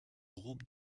groupe